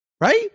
Right